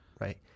Right